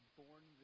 born